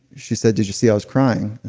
she said did you see i was crying? ah